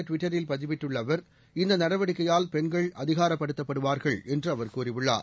ட்விட்டரில் பதிவிட்டுள்ள கொடர்பாக இந்த நடவடிக்கையால் பெண்கள் இவ அவர் அதிகாரப்படுத்தப்படுவார்கள் என்று அவர் கூறியுள்ளார்